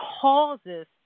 causes